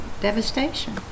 devastation